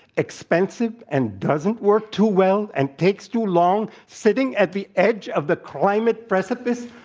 expensive, and doesn't work too well, and takes too long, sitting at the edge of the climate precipice,